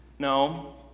No